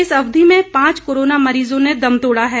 इस अवधि में पांच कोरोना मरीजों ने दम तोड़ा है